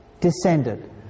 descended